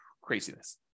craziness